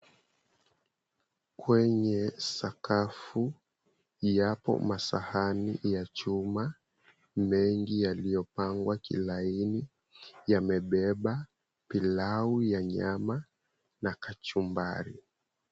Kwenye sakafu, yapo masahani mengi ya chuma yaliyopangwa kilaini, yamebeba pilau ya nyama na kachumbari.